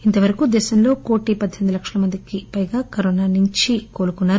ఇంత వరకు దేశంలో కోటి పద్దెనిమిది లక్షల మందికిపైగా కరోనా నుంచి కోలుకున్నారు